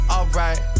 Alright